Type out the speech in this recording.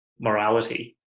morality